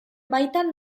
baitan